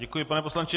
Děkuji, pane poslanče.